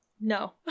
No